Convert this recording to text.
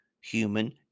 human